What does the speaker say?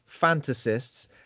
fantasists